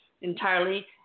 entirely